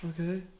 Okay